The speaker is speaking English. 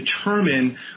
determine